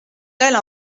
elle